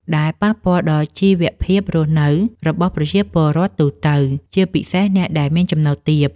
ដែលប៉ះពាល់ដល់ជីវភាពរស់នៅរបស់ប្រជាពលរដ្ឋទូទៅ ជាពិសេសអ្នកដែលមានចំណូលទាប។